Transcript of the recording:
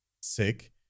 sick